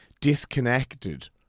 disconnected